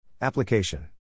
Application